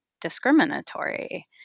discriminatory